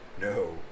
No